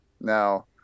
now